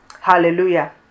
Hallelujah